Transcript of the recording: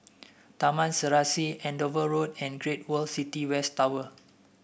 Taman Serasi Andover Road and Great World City West Tower